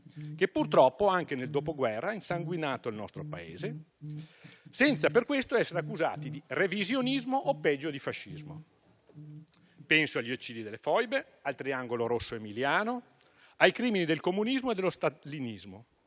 che purtroppo, anche nel dopoguerra, ha insanguinato il nostro Paese, senza per questo essere accusati di revisionismo o, peggio, di fascismo. Penso agli eccidi delle Foibe, al triangolo rosso emiliano, ai crimini del comunismo e dello stalinismo,